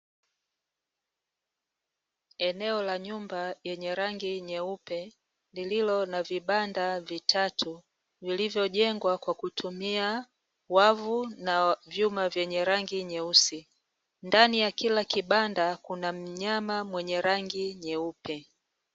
Eneo la nyumba yenye rangi nyeupe lililo na vibanda vitatu, vilivyojengwa kwa kutumia wavu na vyuma vyenye rangi nyeusi. Ndani ya kila kibanda kuna mnyama mwenye rangi nyeupe.